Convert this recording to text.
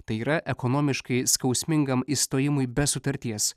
tai yra ekonomiškai skausmingam išstojimui be sutarties